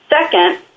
Second